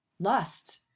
lost